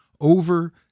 over